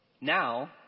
Now